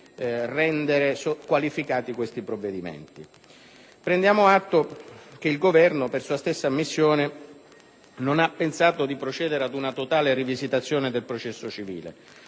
rendere qualificati questi provvedimenti. Prendiamo atto che il Governo, per sua stessa ammissione, non ha pensato di procedere a una totale rivisitazione del processo civile.